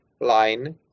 line